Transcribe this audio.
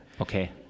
Okay